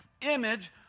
image